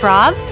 Rob